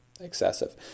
excessive